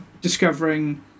discovering